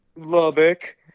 lubbock